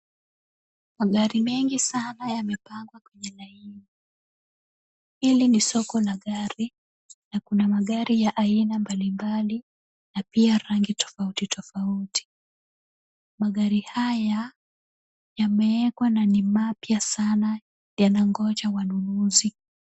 Magari mengi sana yamepangwa kwenye laini. Hili ni soko la gari na kuna magari ya aina mbalimbali na pia rangi tofauti tofauti. Magari haya yameekwa na ni mapya sana yanangoja wanunuzi.